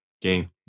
game